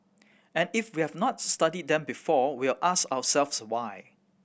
and if we hane not studied them before we'll ask ourselves why